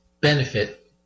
benefit